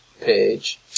page